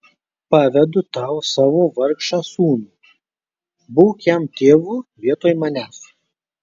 pavedu tau savo vargšą sūnų būk jam tėvu vietoj manęs